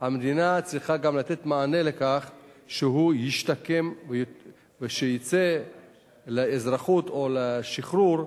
המדינה צריכה גם לתת מענה בזה שהוא ישתקם ויצא לאזרחות או לשחרור,